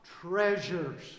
treasures